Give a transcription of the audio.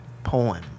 Poem